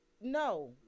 No